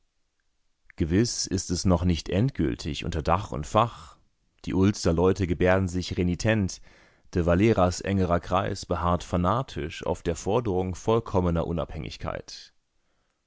gewiß ist es noch nicht endgültig unter dach und fach die ulster-leute gebärden sich renitent de valeras engerer kreis beharrt fanatisch auf der forderung vollkommener unabhängigkeit